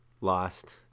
lost